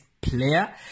player